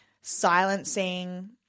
silencing